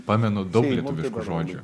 pamenu daug lietuviškų žodžių